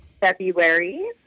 February